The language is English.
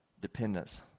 dependence